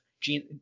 Gene